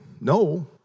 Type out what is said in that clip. no